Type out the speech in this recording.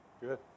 Good